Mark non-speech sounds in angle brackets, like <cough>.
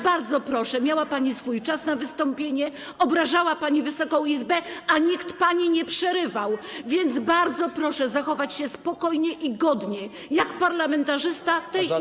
Bardzo proszę, miała pani czas na wystąpienie, obrażała pani Wysoką Izbę, nikt pani nie przerywał, więc bardzo proszę zachować się spokojnie i godnie, <applause> jak przystało parlamentarzyście tej Izby.